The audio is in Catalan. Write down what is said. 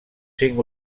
cinc